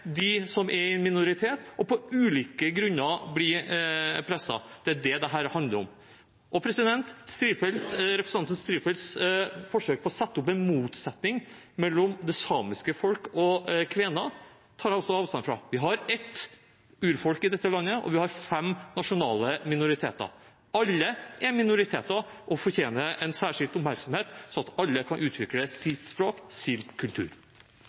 som er i minoritet, og som av ulike grunner blir presset. Det er det dette handler om. Representanten Strifeldts forsøk på å sette opp en motsetning mellom det samiske folket og kvener tar jeg også avstand fra. Vi har ett urfolk i dette landet, og vi har fem nasjonale minoriteter. Alle er minoriteter og fortjener en særskilt oppmerksomhet, slik at alle kan utvikle sitt språk og sin kultur.